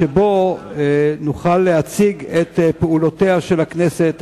שבו נוכל להציג את פעולותיה של הכנסת,